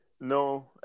No